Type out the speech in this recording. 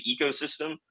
ecosystem